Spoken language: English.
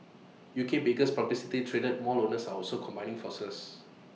UK's biggest publicly traded mall owners are also combining forces